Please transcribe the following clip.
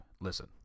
Listen